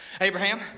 Abraham